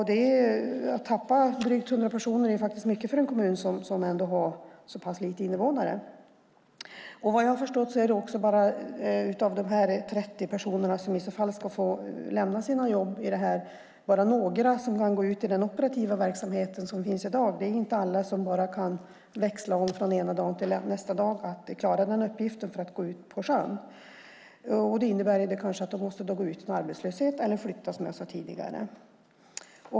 Att tappa drygt 100 personer är mycket för en kommun som har så pass få invånare. Av de 30 personer som enligt detta i så fall ska få lämna sina jobb är det vad jag har förstått bara några som kan gå ut i den operativa verksamhet som finns i dag. Det är inte alla som kan växla från en dag till nästa och klara uppgiften att gå ut på sjön. Det innebär kanske att de hamnar i arbetslöshet eller måste flytta, som jag sade tidigare.